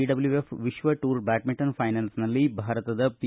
BWF ವಿಶ್ವ tour badminton ಫೈನಲ್ಸ್ನಲ್ಲಿ ಭಾರತದ ಪಿ